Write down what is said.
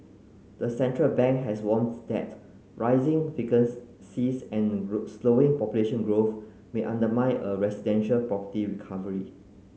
the central bank has warns that rising and slowing population growth may undermine a residential property recovery